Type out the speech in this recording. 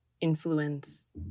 influence